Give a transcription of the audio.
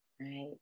right